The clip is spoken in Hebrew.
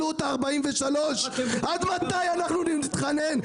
עד מתי נתחנן?